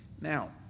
Now